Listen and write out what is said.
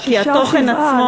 כי התוכן עצמו,